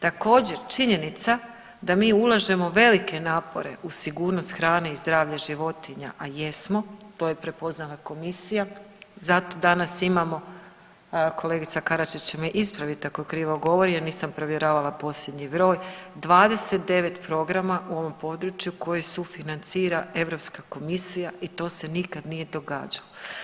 Također činjenica da mi ulažemo velike napore u sigurnost hrane i zdravlje životinja, a jesmo, to je prepoznala Komisija zato danas imamo, kolegica Karadžić će me ispravit ako krivo govorim jer nisam provjeravala posljednji broj, 29 programa u ovom području koje sufinancira Europska komisija i to se nikad nije događalo.